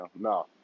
No